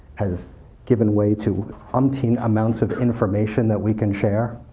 has given way to umpteen amounts of information that we can share,